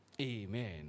Amen